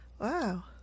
Wow